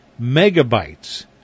megabytes